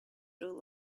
rule